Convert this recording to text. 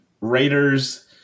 Raiders